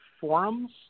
forums